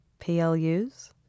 PLUs